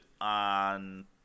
on